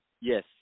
Yes